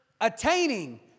Attaining